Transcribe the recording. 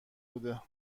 بوده